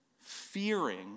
fearing